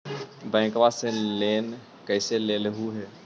बैंकवा से लेन कैसे लेलहू हे?